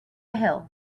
hill